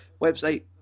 website